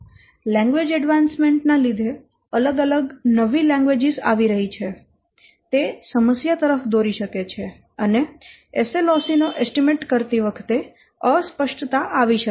language advancement ના લીધે અલગ અલગ નવી લેન્ગ્વેજીસ આવી રહીં છે તે સમસ્યા તરફ દોરી શકે છે અને SLOC નો એસ્ટીમેટ કરતી વખતે અસ્પષ્ટતા આવી શકે છે